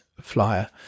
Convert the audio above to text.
flyer